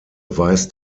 weist